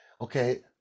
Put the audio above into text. okay